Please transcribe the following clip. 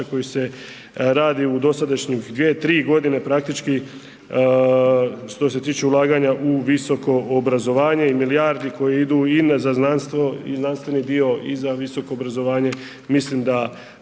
koji se radi u dosadašnjih 2-3.g. praktički što se tiče ulaganja u visoko obrazovanje i milijardi koji idu i na za znanstvo i znanstveni dio i za visoko obrazovanje mislim da